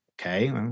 Okay